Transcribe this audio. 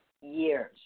years